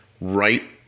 right